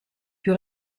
più